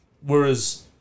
Whereas